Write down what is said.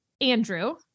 Andrew